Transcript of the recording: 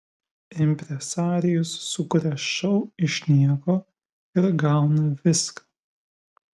impresarijus sukuria šou iš nieko ir gauna viską